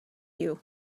you